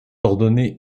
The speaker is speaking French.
ordonné